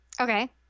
Okay